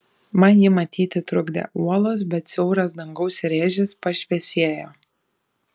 man jį matyti trukdė uolos bet siauras dangaus rėžis pašviesėjo